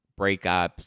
breakups